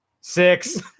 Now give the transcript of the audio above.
six